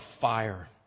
fire